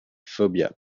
phobia